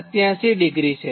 87° છે